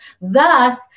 Thus